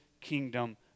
kingdom